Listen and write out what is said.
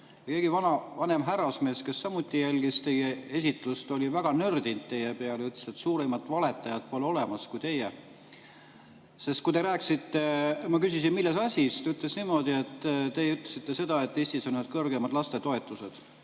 Keegi vanem härrasmees, kes samuti jälgis teie esitlust, oli väga nördinud teie peale ja ütles, et suuremat valetajat kui teie pole olemas. Ma küsisin, milles asi. Ta ütles niimoodi, et te ütlesite seda, et Eestis on ühed kõrgeimad lastetoetused.